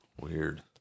Weird